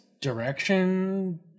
direction